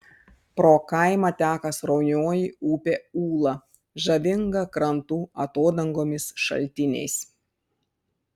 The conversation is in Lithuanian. pro kaimą teka sraunioji upė ūla žavinga krantų atodangomis šaltiniais